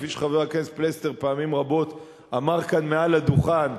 כפי שחבר הכנסת פלסנר פעמים רבות אמר כאן על הדוכן,